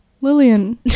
Lillian